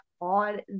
on